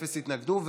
אפס התנגדו,